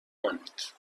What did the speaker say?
کنید